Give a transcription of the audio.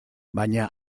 baina